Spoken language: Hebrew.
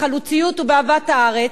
בחלוציות ובאהבת הארץ,